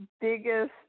biggest